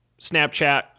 Snapchat